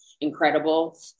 incredible